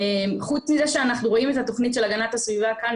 חוץ מזה שאנחנו רואים את התוכנית של הגנת הסביבה כאן,